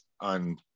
on